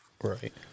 right